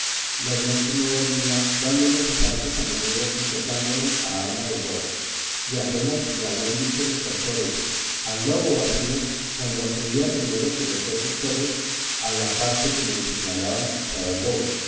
las noches no dormía dándonos asaltos a menudo y tocándonos a arma los lobos y apenas me habían dicho los pastores al lobo barcino cuando acudía primero que los otros perros a la parte que me señalaban que estaba el lobo